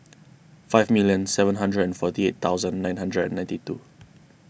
five million seven hundred and forty eight thousand nine hundred and ninety two